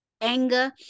anger